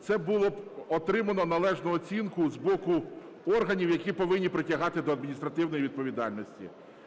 це було б отримано належну оцінку з боку органів, які повинні притягати до адміністративної відповідальності.